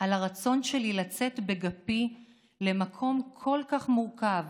על הרצון שלי לצאת בגפי למקום כל כך מורכב